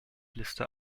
liste